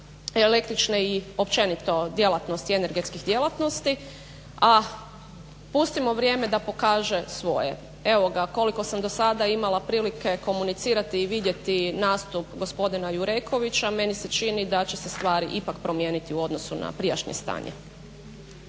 električne i općenito djelatnosti energetskih djelatnosti, a pustimo vrijeme da pokaže svoje. Evo ga, koliko sam dosada imala prilike komunicirati i vidjeti nastup gospodina Jurekovića meni se čini da će se stvari ipak promijeniti u odnosu na prijašnje stanje.